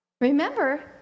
Remember